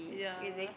yeah